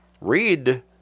read